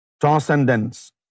transcendence